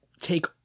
take